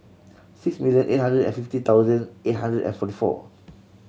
six million eight hundred and fifty thousand eight hundred and forty four